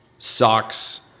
Socks